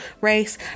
race